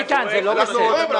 --- איתן, זה לא בסדר.